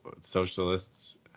socialists